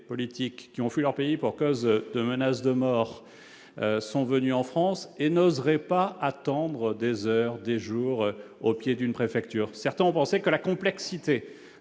qui ont fui leur pays pour cause de menaces de mort sont venus en France et ne serait pas attendre des heures, des jours au pied d'une préfecture, certains ont pensé que la complexité